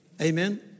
Amen